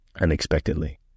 unexpectedly